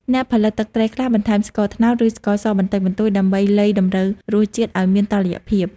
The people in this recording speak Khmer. អ្នកផលិតទឹកត្រី ខ្លះបន្ថែម ស្ករត្នោត ឬស្ករសបន្តិចបន្តួចដើម្បីលៃតម្រូវរសជាតិឱ្យមានតុល្យភាព។